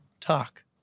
talk